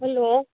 hello